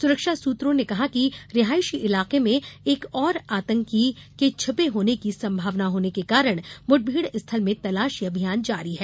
सुरक्षा सूत्रों ने कहा कि रिहायशी इलाके में एक और आतंकी के छिपे होने की संभावना होने के कारण मुठभेड़ स्थल में तलाशी अभियान जारी है